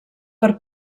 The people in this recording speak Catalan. per